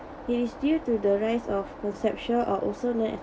it is due to the rise of conceptual are also lack